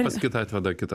pas kitą atveda kitą